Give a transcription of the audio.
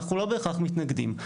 אנחנו לא בהכרח מתנגדים,